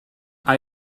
are